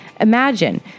Imagine